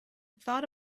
thought